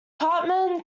cartman